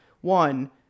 One